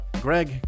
Greg